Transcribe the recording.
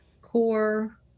core